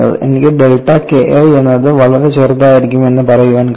എനിക്ക് delta KI എന്നത് വളരെ ചെറുതായിരിക്കും എന്ന് പറയാൻ കഴിയും